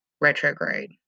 retrograde